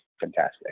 fantastic